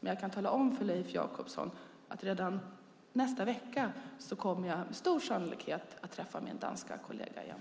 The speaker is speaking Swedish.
Men jag kan tala om för Leif Jakobsson att jag redan i nästa vecka med stor sannolikhet kommer att träffa min danska kollega igen.